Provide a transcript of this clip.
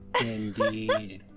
Indeed